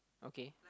okay